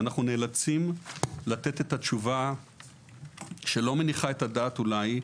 ואנחנו נאלצים לתת את התשובה שלא מניחה את הדעת אולי,